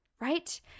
right